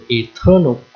eternal